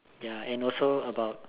ya and also about